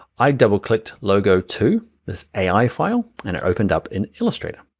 i double-clicked logo two, this ai file, and opened up in illustrator.